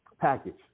package